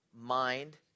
mind